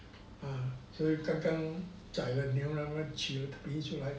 所以刚刚宰了牛然后他们取了皮下来